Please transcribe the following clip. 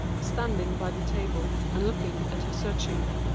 standing by the table and, looking at her search ingly.